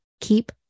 keep